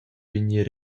vegnir